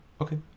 Okay